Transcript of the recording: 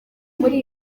muri